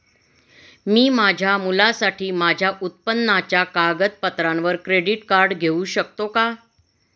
मी माझ्या मुलासाठी माझ्या उत्पन्नाच्या कागदपत्रांवर क्रेडिट कार्ड घेऊ शकतो का?